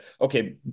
okay